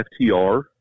FTR